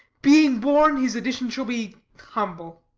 being born, his addition shall be humble.